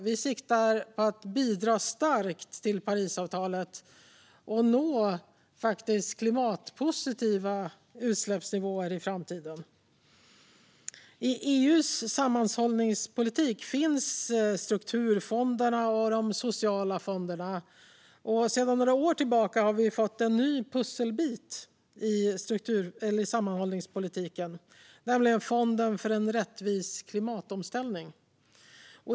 Vi siktar på att bidra starkt till Parisavtalet och nå klimatpositiva utsläppsnivåer i framtiden. I EU:s sammanhållningspolitik finns strukturfonderna och de sociala fonderna. Sedan några år tillbaka har vi fått en ny pusselbit i sammanhållningspolitiken, nämligen fonden för en rättvis klimatomställning.